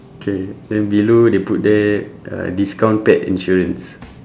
K then below they put there uh discount pet insurance